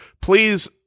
please